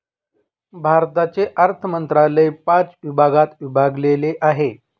भारताचे अर्थ मंत्रालय पाच भागात विभागलेले आहे